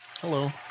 Hello